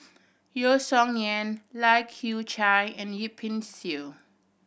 Yeo Song Nian Lai Kew Chai and Yip Pin Xiu